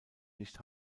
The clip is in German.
nicht